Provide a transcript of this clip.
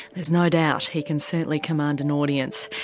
there's no doubt he can certainly command an audience.